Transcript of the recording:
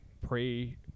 pre-